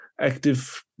Active